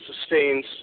sustains